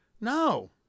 No